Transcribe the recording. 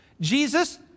Jesus